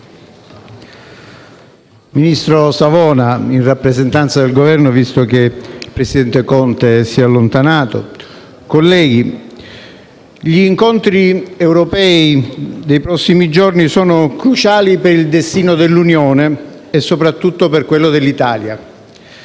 ministro Savona in rappresentanza del Governo, visto che il presidente Conte si è allontanato, colleghi, gli incontri europei dei prossimi giorni sono cruciali per il destino dell'Unione europea e soprattutto per quello dell'Italia.